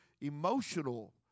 emotional